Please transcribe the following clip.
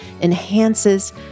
enhances